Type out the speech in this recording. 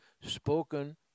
spoken